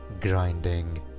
grinding